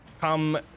come